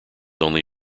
only